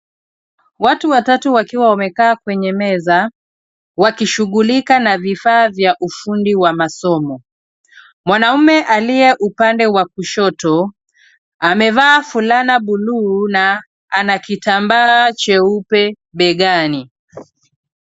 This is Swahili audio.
Watu watatu wakiwa wamekaa kwenye meza wakishughulika na vifaa vya ufundi wa masomo. Mwanamume aliye upande wa kushoto, amevaa fulana blue na ana kitambaa cheupe begani.